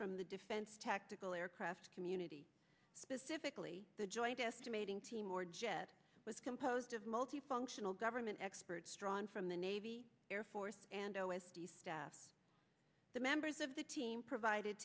from the defense tactical aircraft community specifically the joint estimating team or jet was composed of multi functional government experts drawn from the navy air force and o s d staff the members of the team provided